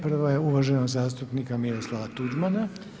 Prva je uvaženog zastupnika Miroslava Tuđmana.